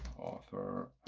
author